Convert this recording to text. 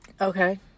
Okay